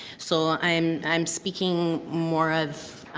so i'm i'm speaking more of